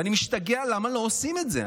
ואני משתגע, למה לא עושים את זה?